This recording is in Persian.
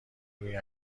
روی